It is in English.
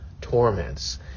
torments